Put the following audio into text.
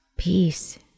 peace